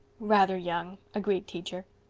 rather young, agreed teacher.